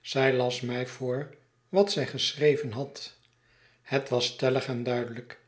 zij las mij voor wat zij geschreven had het was stellig en duidelijk